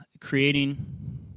creating